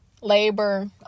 labor